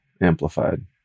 amplified